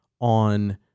on